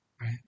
Right